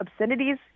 obscenities